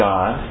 God